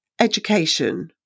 education